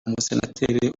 umusenateri